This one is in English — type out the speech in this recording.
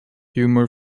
humor